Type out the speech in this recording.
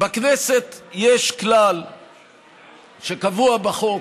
בכנסת יש כלל שקבוע בחוק,